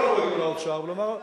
לאוצר ולומר,